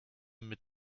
mit